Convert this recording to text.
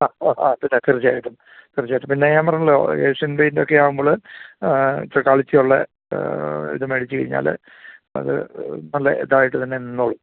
ആ ഓ പിന്നെ തീർച്ചയായിട്ടും തീർച്ചയായിട്ടും പിന്നെ ഞാൻ പറഞ്ഞല്ലോ ഏഷ്യൻ പെയിൻറ്റൊക്കെ ആകുമ്പോൾ ആ ഇച്ചിരി ക്വാളിറ്റിയുള്ള ഇത് അടിച്ച് കഴിഞ്ഞാൽ അത് നല്ല ഇതായിട്ട് തന്നെ നിന്നോളും